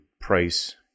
price